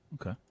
Okay